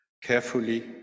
carefully